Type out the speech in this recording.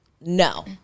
No